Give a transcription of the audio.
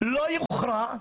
לא יוכרע,